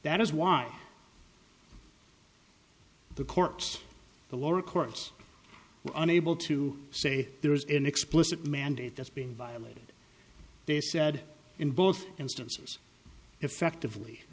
that is why the courts the lower courts were unable to say there is an explicit mandate that's being violated they said in both instances effectively